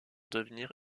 devenir